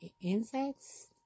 Insects